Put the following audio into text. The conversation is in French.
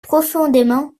profondément